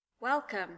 Welcome